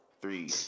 three